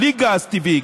בלי גז טבעי,